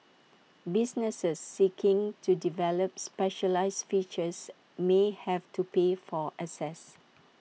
businesses seeking to develop specialised features may have to pay for access